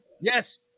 Yes